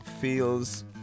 feels